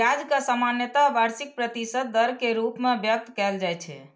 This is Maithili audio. ब्याज कें सामान्यतः वार्षिक प्रतिशत दर के रूप मे व्यक्त कैल जाइ छै